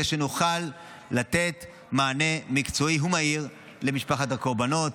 שנוכל לתת מענה מקצועי ומהיר למשפחת הקרבנות.